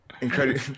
incredible